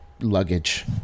luggage